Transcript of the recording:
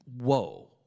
Whoa